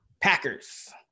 Packers